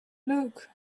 luke